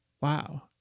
wow